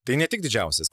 tai ne tik didžiausias